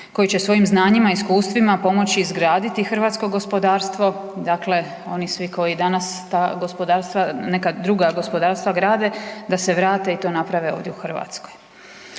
koji će svojim znanima i iskustvima pomoći izgraditi hrvatsko gospodarstvo dakle oni svi koji danas ta gospodarstva, neka druga gospodarstva grade, da se vrate i to naprave ovdje u Hrvatskoj.